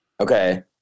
Okay